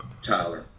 Tyler